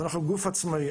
אבל אנחנו גוף עצמאי.